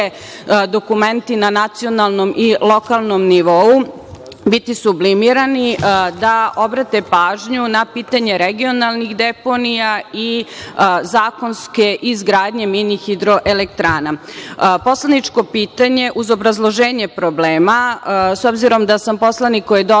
dokumenti na nacionalnom i lokalnom nivou biti sublimirani, da obrate pažnju na pitanje regionalnih deponija i zakonske izgradnje mini hidroelektrana. Poslaničko pitanje uz obrazloženje problema s obzirom da sam poslanik koji dolazi